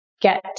Get